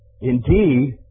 Indeed